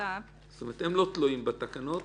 שנכתב --- הם לא תלויים בתקנות.